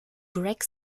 greg